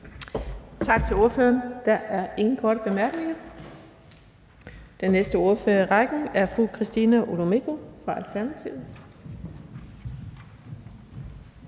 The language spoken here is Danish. Tak til ordføreren. Der er ingen korte bemærkninger. Den næste ordfører i rækken er fru Christina Olumeko fra Alternativet.